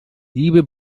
liebe